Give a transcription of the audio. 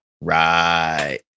Right